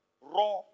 Raw